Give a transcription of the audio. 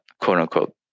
quote-unquote